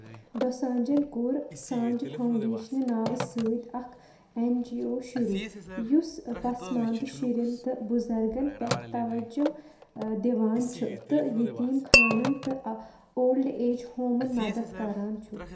دوسانجَن کوٚر سانٛجہِ فاوُنٛڈیشَنہٕ ناوٕ سۭتۍ اَکھ اٮ۪ن جی او شروٗع یُس پَسماندٕ شُرٮ۪ن تہٕ بُزرگَن پٮ۪ٹھ توجہ دِوان چھُ تہٕ یتیٖم خانَن تہٕ اَ اولڈ ایج ہومَن مَدَت کَران چھُ